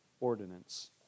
ordinance